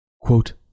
Quote